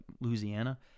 Louisiana